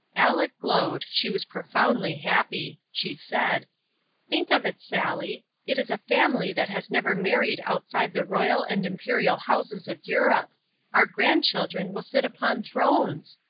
aleck glowed she was profoundly happy. she said think of it, sally it is a family that has never married outside the royal and imperial houses of europe our grandchildren will sit upon thrones!